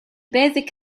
basic